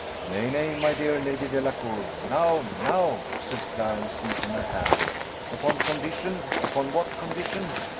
nay, nay, my dear lady delacour, now, now, said clarence, seizing her hand upon condition! upon what condition?